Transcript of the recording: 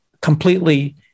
completely